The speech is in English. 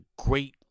great